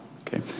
okay